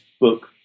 book